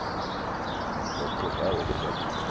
and so of course i was elected,